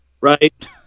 Right